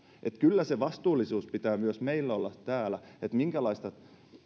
kyllä se vastuullisuus pitää myös meillä olla täällä minkälaista